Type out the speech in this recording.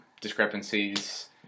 discrepancies